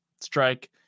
strike